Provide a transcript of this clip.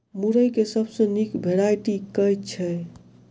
मुरई केँ सबसँ निक वैरायटी केँ छै?